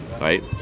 right